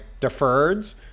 deferreds